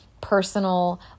personal